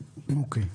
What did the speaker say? אוקיי.